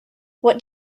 what